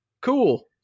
cool